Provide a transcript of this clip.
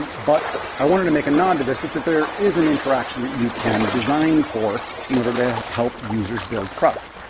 but i wanted to make a nod to this that that there is an interaction that you can design for in order to help users build trust.